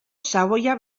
xaboia